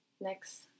next